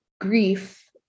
grief